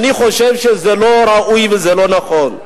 אני חושב שזה לא ראוי וזה לא נכון.